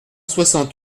soixante